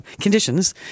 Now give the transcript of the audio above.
conditions